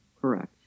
Correct